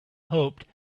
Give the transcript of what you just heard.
hoped